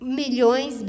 milhões